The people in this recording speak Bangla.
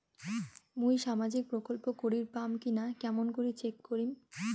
মুই সামাজিক প্রকল্প করির পাম কিনা কেমন করি চেক করিম?